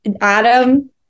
Adam